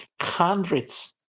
hundreds